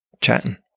chatting